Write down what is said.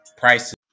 prices